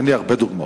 אין לי הרבה דוגמאות,